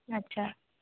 अच्छा